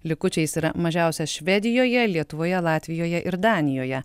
likučiais yra mažiausias švedijoje lietuvoje latvijoje ir danijoje